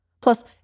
Plus